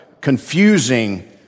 confusing